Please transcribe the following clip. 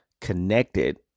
connected